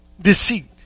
deceit